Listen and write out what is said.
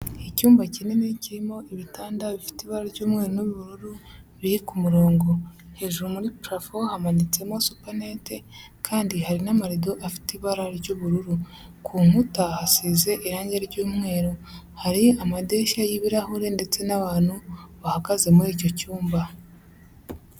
Icyumba kinini kirimo ibitanda bifite ibara ry'umweru n'ubururu biri ku murongo, hejuru muri purafo hamanitsemo supanete, kandi hari n'amarido afite ibara ry'ubururu, ku nkuta hasize irange ry'umweru, hari amadirishya y'ibirahure ndetse n'abantu bahagaze muri icyo cyumba.